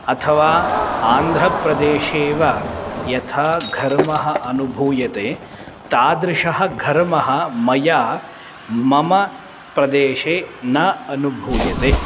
अथवा आन्ध्रप्रदेशे एव यथा घर्मः अनुभूयते तादृशः घर्मः मया मम प्रदेशे न अनुभूयते